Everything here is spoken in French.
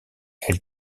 elle